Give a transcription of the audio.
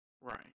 Right